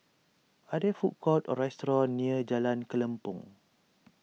are there food courts or restaurants near Jalan Kelempong